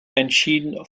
entschieden